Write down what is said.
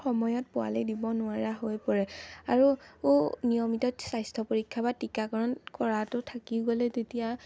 সময়ত পোৱালি দিব নোৱাৰা হৈ পৰে আৰু নিয়মিত স্বাস্থ্য পৰীক্ষা বা টীকাকৰণ কৰাটো থাকি গ'লে তেতিয়া